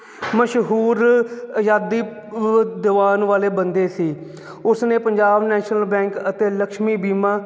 ਮਸ਼ਹੂਰ ਆਜ਼ਾਦੀ ਦਿਵਾਉਣ ਵਾਲੇ ਬੰਦੇ ਸੀ ਉਸ ਨੇ ਪੰਜਾਬ ਨੈਸ਼ਨਲ ਬੈਂਕ ਅਤੇ ਲਕਸ਼ਮੀ ਬੀਮਾ